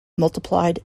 multiplied